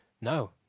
No